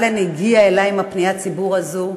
אלן הגיע אלי עם פניית הציבור הזאת.